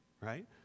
right